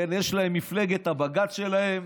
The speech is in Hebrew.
יש להם מפלגת הבג"ץ שלהם